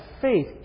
faith